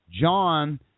John –